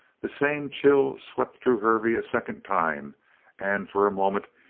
the same chill swept through hervey a second time and, for a moment,